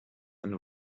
and